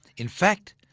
in fact,